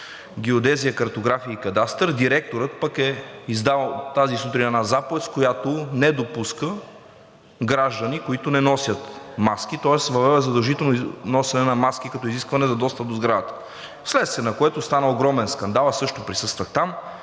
геодезия, картография и кадастър директорът пък е издал тази сутрин една заповед, с която не допуска граждани, които не носят маски. Тоест въвел е задължително носене на маски като изискване за достъп до сградата, вследствие на което стана огромен скандал. Аз също присъствах там.